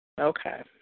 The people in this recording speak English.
Okay